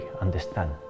understand